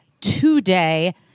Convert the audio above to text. today